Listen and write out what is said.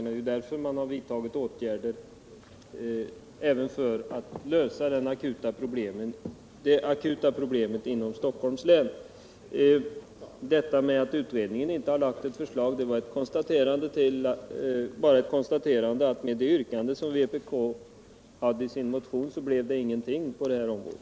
Utskottet har därför föreslagit åtgärder för att lösa även det akuta problemet inom Stockholms län. Det jag sade om att utredningen inte lagt fram något förslag får ses mot den bakgrunden att med det yrkande som vpk hade i sin motion skulle ingenting hända på det här området.